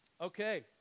Okay